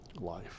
life